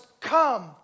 come